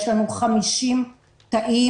יש לנו 50 תאים.